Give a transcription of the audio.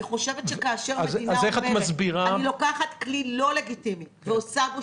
אני חושבת שכאשר מדינה לוקחת כלי לא לגיטימי ועושה בו